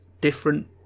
different